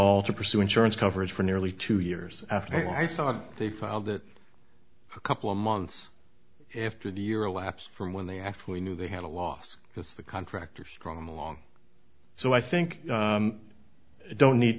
all to pursue insurance coverage for nearly two years after i started they filed that a couple of months after the year a lapse from when they actually knew they had a loss because the contractor strong along so i think i don't need